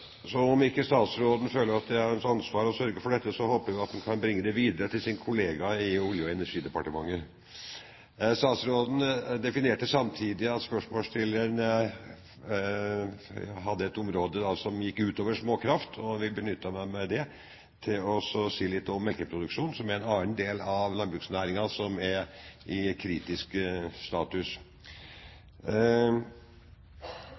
Så om ikke statsråden føler at det er hans ansvar å sørge for dette, håper jeg at han kan bringe det videre til sin kollega i Olje- og energidepartementet. Statsråden definerte samtidig at spørsmålsstilleren tok for seg et område som gikk utover småkraft, og jeg vil benytte meg av det til å si litt om melkeproduksjon, som er en annen del av landbruksnæringen som har en kritisk status.